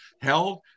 held